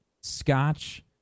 scotch